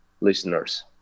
listeners